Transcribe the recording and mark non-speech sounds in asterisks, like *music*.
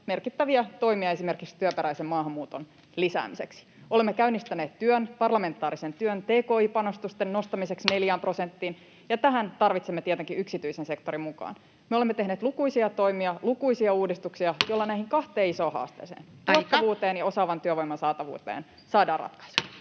merkittäviä toimia esimerkiksi työperäisen maahanmuuton lisäämiseksi. Olemme käynnistäneet parlamentaarisen työn tki-panostusten nostamiseksi *noise* 4 prosenttiin, ja tähän tarvitsemme tietenkin yksityisen sektorin mukaan. Me olemme tehneet lukuisia toimia, lukuisia uudistuksia, *noise* joilla näihin kahteen isoon haasteeseen, [Puhemies: Aika!] tuottavuuteen ja osaavan työvoiman saatavuuteen, saadaan ratkaisu.